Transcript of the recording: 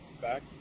back